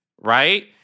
right